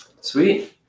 sweet